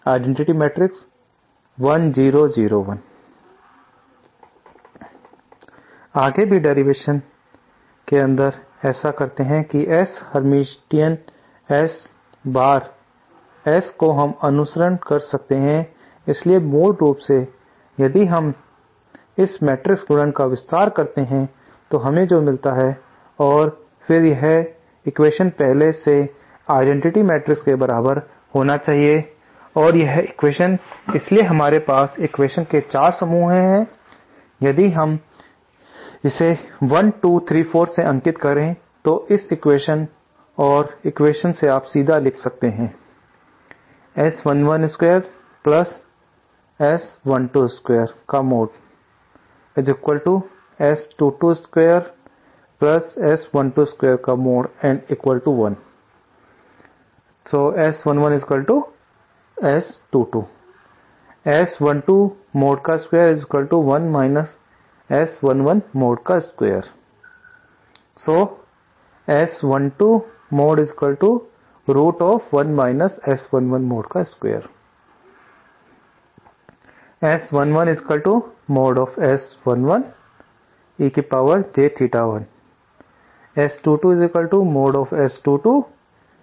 आगे भी डेरिवेशन के भीतर ऐसा करते हुए इस S हर्मिटियन S बार S को हम अनुसरण कर सकते हैं इसलिए मूल रूप से यदि हम इस मैट्रिक्स गुणन का विस्तार करते हैं तो हमें जो मिलता है और फिर यह एक्वेशन पहले से आइडेंटिटी मैट्रिक्स के बराबर होना चाहिए और यह एक्वेशन इसलिए हमारे पास एक्वेशन के चार समूह है इसलिए यदि हम इसे 1 2 3 4 से अंकित करें तो इस एक्वेशन और एक्वेशन से आप सीधे से लिख सकते हैं